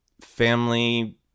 family